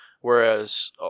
whereas